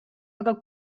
aga